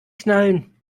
knallen